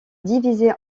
divisé